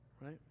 Right